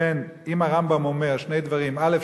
ולכן אם הרמב"ם אומר, שני דברים, א.